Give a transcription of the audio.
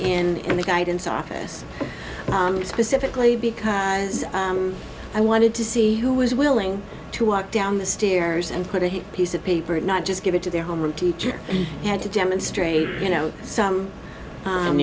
and the guidance office specifically because i wanted to see who was willing to walk down the stairs and put a piece of paper not just give it to their home room teacher and to demonstrate you know some